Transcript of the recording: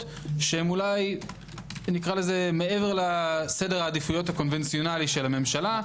שהן אולי מעבר לסדר העדיפויות הקונבנציונלי של הממשלה,